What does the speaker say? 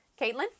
caitlin